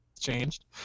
changed